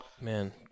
Man